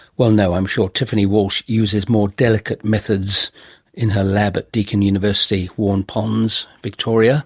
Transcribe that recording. well no, i'm sure tiffany walsh uses more delicate methods in her lab at deakin university, waurn ponds, victoria